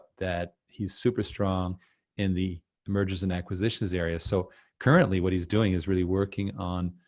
that he's super strong in the mergers and acquisitions area, so currently what he's doing is really working on,